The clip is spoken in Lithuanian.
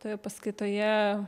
toje paskaitoje